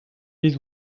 des